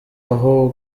aho